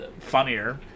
Funnier